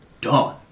done